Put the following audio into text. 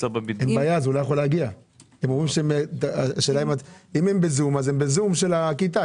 הם בזום של הכיתה.